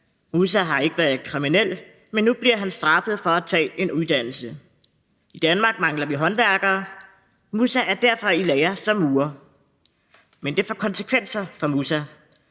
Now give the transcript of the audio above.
Mussa har ikke været kriminel, men nu bliver han straffet for at tage en uddannelse. I Danmark mangler vi håndværkere. Mussa er derfor i lære som murer, men det får konsekvenser for Mussa: